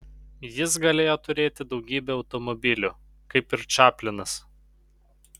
jis galėjo turėti daugybę automobilių kaip ir čaplinas